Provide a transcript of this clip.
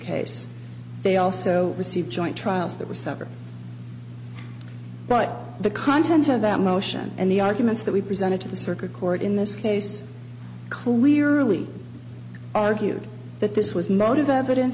case they also received joint trials that were separate but the content of that motion and the arguments that we presented to the circuit court in this case clearly argued that this was not of evidence